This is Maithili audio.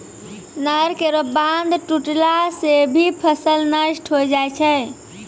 नहर केरो बांध टुटला सें भी फसल नष्ट होय जाय छै